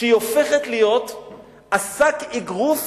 שהיא הופכת להיות שק האגרוף